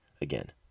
again